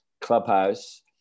Clubhouse